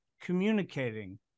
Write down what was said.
communicating